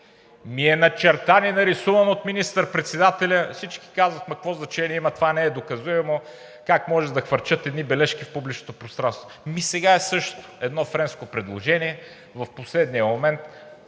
ни е начертан и нарисуван от министър-председателя, всички казват: „Какво значение има, това не е доказуемо. Как може да хвърчат едни бележки в публичното пространство?“ Ами сега е същото – едно френско предложение, в последния момент,